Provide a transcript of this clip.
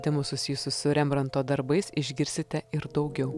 temų susijusių su rembranto darbais išgirsite ir daugiau